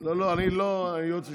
לא לא, אני לא הייעוץ המשפטי.